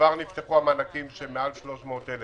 כבר נפתחו המענקים של מעל 300,000